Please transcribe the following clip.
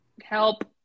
help